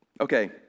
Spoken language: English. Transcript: Okay